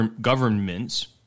government's